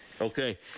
Okay